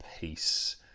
peace